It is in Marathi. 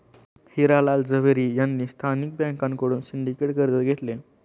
हिरा लाल झवेरी यांनी स्थानिक बँकांकडून सिंडिकेट कर्ज घेतले